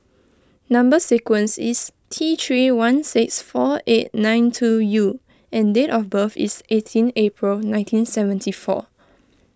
Number Sequence is T three one six four eight nine two U and date of birth is eighteen April nineteen seventy four